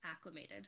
acclimated